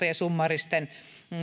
ja summaaristen